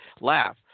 laugh